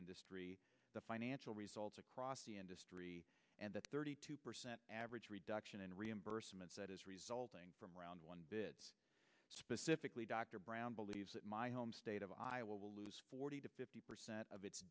industry the financial results across the industry and the thirty two percent average reduction in reimbursements that is resulting from around one specifically dr brown believes that my home state of iowa will lose forty to fifty percent of its